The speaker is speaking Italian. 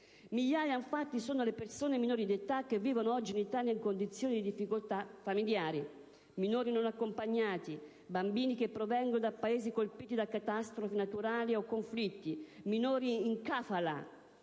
migliaia sono, infatti, i minori che vivono oggi, in Italia, in condizioni di difficoltà familiari: minori non accompagnati, bambini che provengono da Paesi colpiti da catastrofi naturali o conflitti, minori in *kafalah*